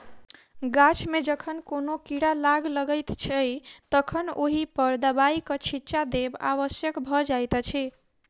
गाछ मे जखन कोनो कीड़ा लाग लगैत छै तखन ओहि पर दबाइक छिच्चा देब आवश्यक भ जाइत अछि